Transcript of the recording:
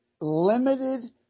limited